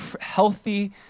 healthy